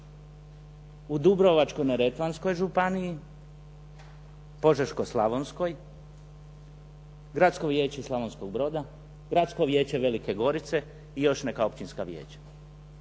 u Dubrovačko-neretvanskoj županiji, Požeško-slavonskoj, Gradsko vijeće Slavonskog Broda, Gradsko vijeće Velike Gorice i još neka općinska vijeća.